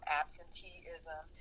absenteeism